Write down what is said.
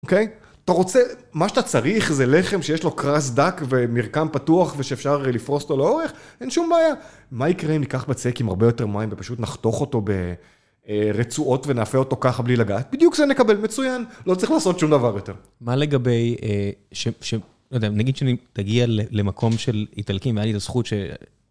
אוקיי? אתה רוצה, מה שאתה צריך זה לחם שיש לו קראסט דק ומרקם פתוח ושאפשר לפרוס אותו לאורך, אין שום בעיה. מה יקרה אם ניקח בצק עם הרבה יותר מים ופשוט נחתוך אותו ברצועות ונאפה אותו ככה בלי לגעת? בדיוק זה נקבל, מצוין. לא צריך לעשות שום דבר יותר. מה לגבי, שאני לא יודע, נגיד שאני תגיע למקום של איטלקים, היה לי את הזכות ש...